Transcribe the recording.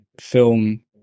film